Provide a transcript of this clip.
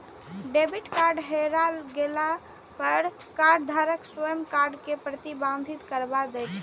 debit card हेरा गेला पर कार्डधारक स्वयं कार्ड कें प्रतिबंधित करबा दै छै